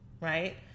right